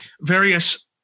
various